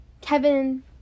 Kevin